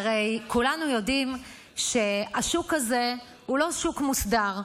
הרי כולנו יודעים שהשוק הזה הוא לא שוק מוסדר,